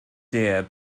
der